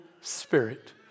Spirit